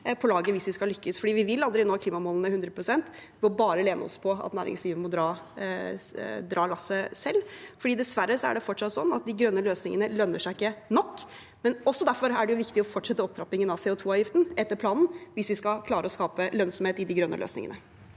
på laget hvis vi skal lykkes. Vi vil aldri nå klimamålene 100 pst. ved bare å lene oss på at næringslivet må dra lasset selv, for dessverre er det fortsatt sånn at de grønne løsningene ikke lønner seg nok. Også derfor er det viktig å fortsette opptrappingen av CO2-avgiften etter planen, hvis vi skal klare å skape lønnsomhet i de grønne løsningene.